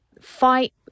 fight